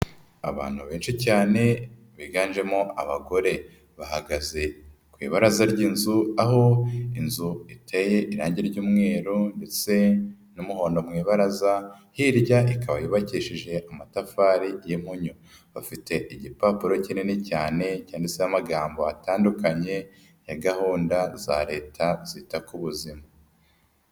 Abantu benshi cyane biganjemo abagore. Bahagaze ku ibaraza ry'inzu aho inzu iteye irangi ry'umweru ndetse n'umuhondo mu ibaraza, hirya ikaba yubakishijeje amatafari y'impunyu. Bafite igipapuro kinini cyane cyaneditseho amagambo atandukanye ya gahunda za leta zita ku buzima.